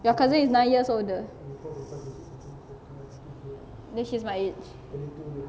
your cousin is nine years older then she's my age